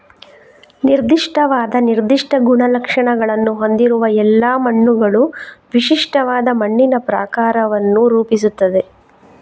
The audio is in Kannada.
ನಿರ್ದಿಷ್ಟವಾದ ನಿರ್ದಿಷ್ಟ ಗುಣಲಕ್ಷಣಗಳನ್ನು ಹೊಂದಿರುವ ಎಲ್ಲಾ ಮಣ್ಣುಗಳು ವಿಶಿಷ್ಟವಾದ ಮಣ್ಣಿನ ಪ್ರಕಾರವನ್ನು ರೂಪಿಸುತ್ತವೆ